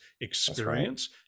experience